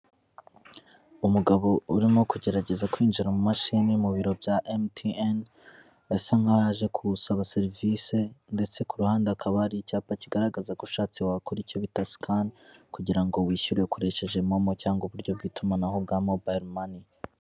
Umugabo urimo kugerageza kwinjira mu mashini, mu biro bya emuti eni, asa nk'ayaje kuwusaba serivise, ndetse ku ruhande akaba hari icyapa kigaragaza ushatse wakora icyo bita sikani, kugira ngo wishyure ukoresheje momo cyangwa uburyo bw'itumanaho bwa mobayiro mani.